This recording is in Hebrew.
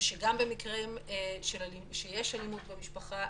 שגם במקרים שיש אלימות במשפחה,